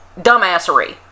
dumbassery